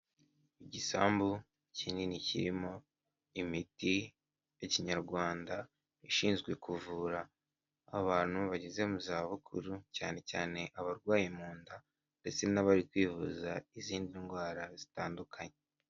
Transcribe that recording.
Igisambu kinini kirimo imiti ya kinyarwanda, ishinzwe kuvura abantu bageze mu zabukuru cyane cyane abarwaye mu nda ndetse n'abari kwivuza izindi ndwara zitandukanye.